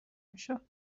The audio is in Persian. میشد